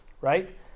right